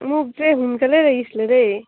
মোক যে সোনকালে লাগিছিলে দেই